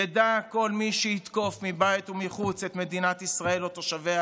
ידע כל מי שיתקוף מבית ומחוץ את מדינת ישראל או תושביה